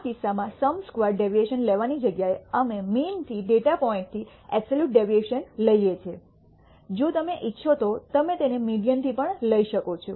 આ કિસ્સામાં sum squared deviation લેવાની જગ્યાએ અમે મીન થી ડેટા પોઇન્ટથી અબ્સોલ્યૂટ ડેવિએશન લઈએ છીએ જો તમે ઈચ્છો તો તમે તેને મીડીઅનથી પણ લઈ શકો છો